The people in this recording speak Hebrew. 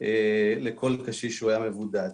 לכל קשיש שהיה מבודד.